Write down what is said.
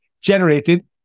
generated